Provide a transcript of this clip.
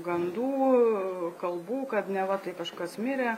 gandų kalbų kad neva tai kažkas mirė